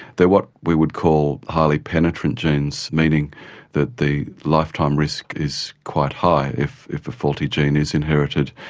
they are what we would call highly penetrant genes, meaning that the lifetime risk is quite high if if a faulty gene is inherited.